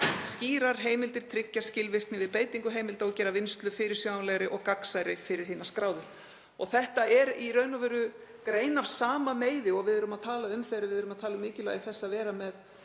Skýrar heimildir tryggja skilvirkni við beitingu heimilda og gera vinnslu fyrirsjáanlegri og gagnsærri fyrir hina skráðu.“ Þetta er í raun og veru grein af sama meiði og þegar við erum að tala um mikilvægi þess að vera með